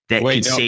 Wait